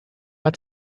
hat